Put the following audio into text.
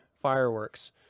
fireworks